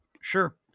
sure